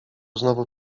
znowu